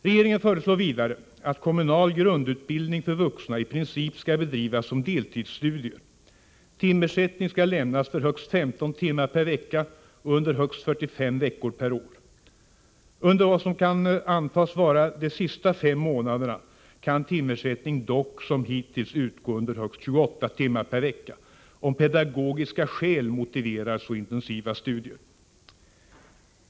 Regeringen föreslår vidare att kommunal grundutbildning för vuxna i princip skall bedrivas som deltidsstudier. Timersättning skall lämnas för högst 15 timmar per vecka och under högst 45 veckor per år. Under vad som kan antas vara de sista fem månaderna kan timersättning dock som hittills utgå under högst 28 timmar per vecka, om pedagogiska skäl motiverar så intensiva studier.